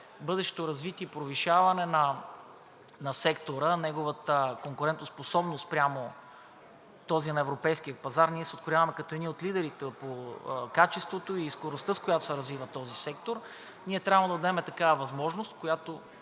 бъдещото развитие и повишаване на сектора, на неговата конкурентоспособност спрямо този на европейския пазар, ние се открояваме като един от лидерите по качеството и скоростта, с която се развива този сектор, ние трябва да му дадем такава възможност, която